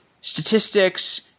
statistics